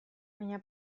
baina